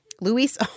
Luis